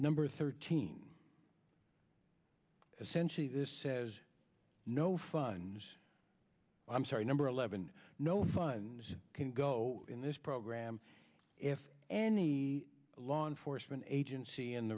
number thirteen as essentially this says no funds i'm sorry number eleven no funds can go in this program if any law enforcement agency